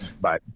bye